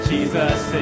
Jesus